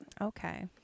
Okay